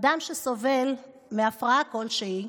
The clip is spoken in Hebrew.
אדם שסובל מהפרעה כלשהי,